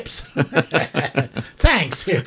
Thanks